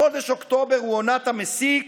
בחודש אוקטובר, הוא עונת המסיק,